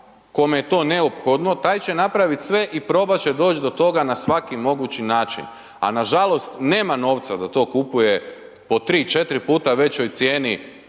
kome je to neophodno taj će napraviti sve i probati će doći do toga na svaki mogući način, a nažalost, nema novca da to kupuje po 3-4 puta većoj cijeni